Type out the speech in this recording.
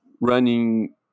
running